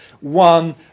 one